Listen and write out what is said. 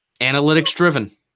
Analytics-driven